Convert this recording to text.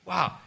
Wow